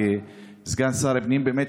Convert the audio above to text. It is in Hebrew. כסגן שר הפנים,